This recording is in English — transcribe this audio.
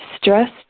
stressed